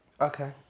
Okay